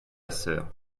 sœur